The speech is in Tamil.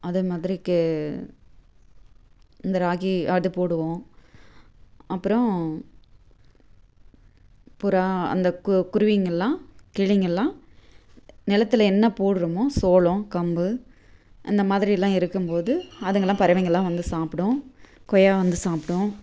அதேமாதிரி கே இந்த ராகி அது போடுவோம் அப்புறம் புறா அந்த கு குருவிங்கெல்லாம் கிளிங்கெல்லாம் நிலத்தில் என்ன போடுறமோ சோளம் கம்பு அந்த மாதிரிலாம் இருக்கும் போது அதுங்கெல்லாம் பறைவங்கெல்லாம் வந்து சாப்பிடும் கொய்யா வந்து சாப்பிடும்